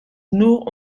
nur